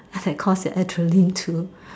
that cause the adreline to